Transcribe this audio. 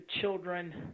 children